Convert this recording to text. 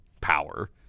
power